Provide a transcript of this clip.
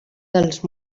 dels